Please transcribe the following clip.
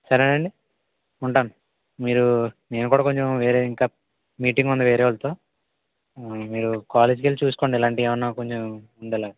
సరేనా అండి ఉంటాను మీరు నేను కూడా కొంచెం వేరే ఇంకా మీటింగ్ ఉంది వేరేవాళ్ళతో మీరు కాలేజ్కి వెళ్ళీ చూసుకోండి ఇలాంటివి ఏమైనా కొంచెం ఉండేలాగా